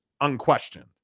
unquestioned